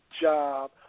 job